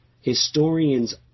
historians